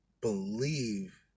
believe